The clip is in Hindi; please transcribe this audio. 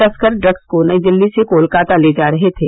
तस्कर ड्रम्स को नई दिल्ली से कोलकाता ले जा रहे थे